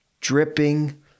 dripping